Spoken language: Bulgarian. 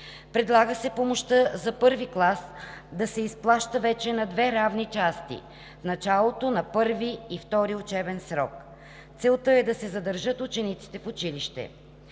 Предлага се помощта за първи клас да се изплаща вече на две равни части – в началото на първия и на втория учебен срок. Целта е да се задържат учениците в училище.